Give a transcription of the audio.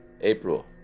April